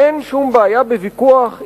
אין שום בעיה בוויכוח,